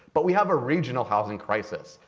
but we have a regional housing crisis.